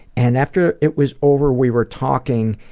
and after it was over we were talking,